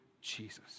Jesus